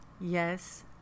yes